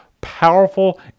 powerful